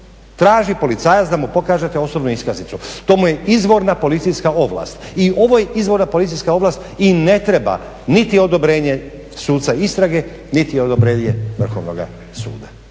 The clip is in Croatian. Traži policajac da mu pokažete osobnu iskaznicu. To mu je izvorna policijska ovlast. I ovo je izvorna policijska ovlast i ne treba niti odobrenja suca istrage, niti odobrenje Vrhovnoga suda,